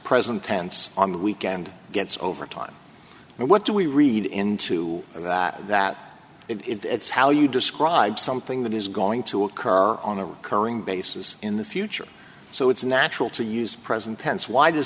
present tense on the weekend gets over talking what do we read into that it's how you describe something that is going to occur on a recurring basis in the future so it's natural to use present tense why does